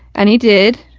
and he did,